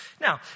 Now